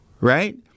Right